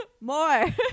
More